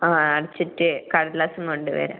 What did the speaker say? ആ അടച്ചിട്ട് കടലാസും കൊണ്ട് വരാം